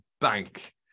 bank